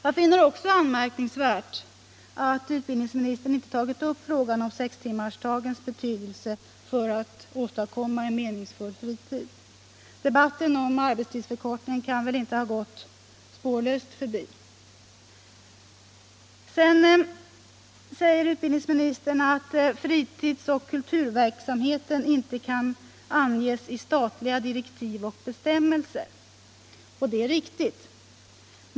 Jag finner det också anmärkningsvärt att utbildningsministern inte tagit upp frågan om sextimmarsdagens betydelse för att åstadkomma en meningsfull fritid. Debatten om arbetstidsförkortningen kan väl inte ha gått spårlöst förbi? Sedan säger utbildningsministern att fritidsoch kulturverksamheten inte kan anges i statliga direktiv och bestämmelser. Det är riktigt.